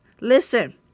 Listen